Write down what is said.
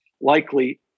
likely